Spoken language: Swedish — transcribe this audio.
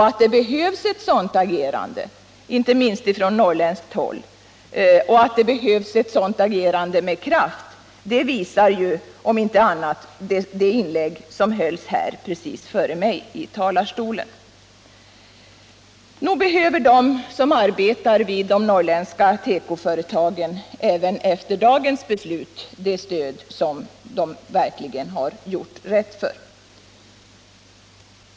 Att det behövs ett sådant agerande, inte minst ifrån norrländskt håll, och att det behövs ett sådant agerande med kraft visar om inte annat det inlägg som hölls här precis före mitt i talarstolen. Nog behöver de som arbetar vid de norrländska tekoföretagen även efter dagens beslut det stöd som de verkligen har gjort rätt för.